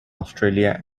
australia